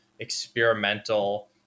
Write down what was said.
experimental